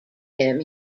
him